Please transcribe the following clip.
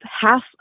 half